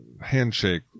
handshake